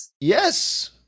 Yes